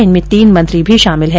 इनमें तीन मंत्री भी शामिल है